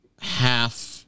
half